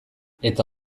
eta